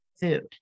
food